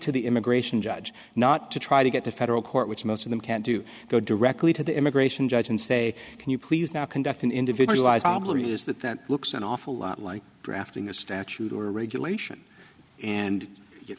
to the immigration judge not to try to get to federal court which most of them can't do go directly to the immigration judge and say can you please now conduct an individualized probably is that looks an awful lot like drafting a statute or regulation and